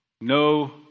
No